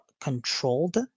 controlled